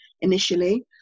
initially